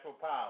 power